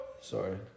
sorry